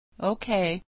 Okay